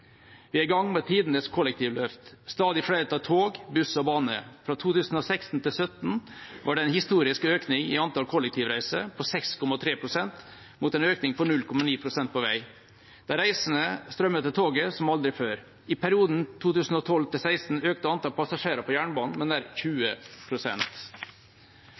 Vi er i gang med tidenes kollektivløft. Stadig flere tar tog, buss og bane. Fra 2016 til 2017 var det en historisk økning i antall kollektivreiser på 6,3 pst., mot en økning på 0,9 pst. på vei. De reisende strømmer til toget som aldri før. I perioden 2012 til 2016 økte antall passasjerer på jernbanen